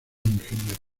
ingenieros